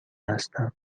هستند